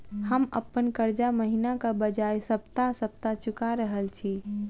हम अप्पन कर्जा महिनाक बजाय सप्ताह सप्ताह चुका रहल छि